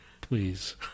Please